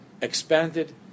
expanded